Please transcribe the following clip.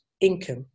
income